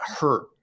hurt